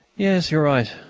yes, you're right,